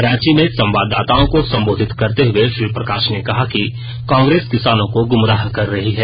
रांची में संवाददाताओं को संबोधित करते हुए श्री प्रकाश ने कहा कि कांग्रेस किसानों को गुमराह कर रही है